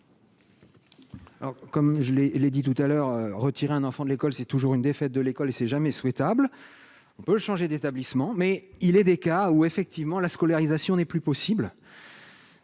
comme je ai les dit tout à l'heure, retirer un enfant de l'école, c'est toujours une défaite de l'école et c'est jamais souhaitables, on peut changer d'établissement mais il est des cas où effectivement la scolarisation n'est plus possible.